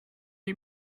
you